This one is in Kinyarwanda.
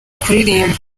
kuririmba